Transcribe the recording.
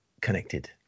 connected